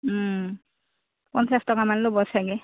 পঞ্চাছ টকামান ল'ব চাগে